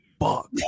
Fuck